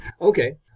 Okay